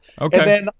Okay